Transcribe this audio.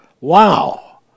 wow